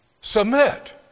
Submit